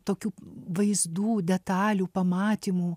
tokių vaizdų detalių pamatymų